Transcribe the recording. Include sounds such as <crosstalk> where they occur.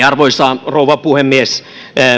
<unintelligible> arvoisa rouva puhemies